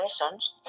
lessons